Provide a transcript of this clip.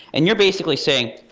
and you're basically saying,